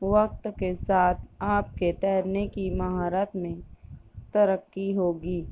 وقت کے ساتھ آپ کے تیرنے کی مہارت میں ترقی ہوگی